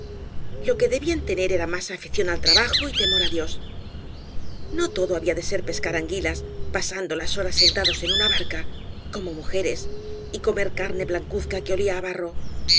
lo que debían tener era más afición al trabajo y temor á dios no todo había de ser pescar anguilas pasando las horas sentados en una barca como mujeres y comer carne blancuzca que